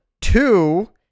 Two